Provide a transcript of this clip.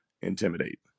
intimidate